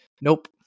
Nope